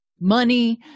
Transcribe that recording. money